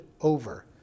over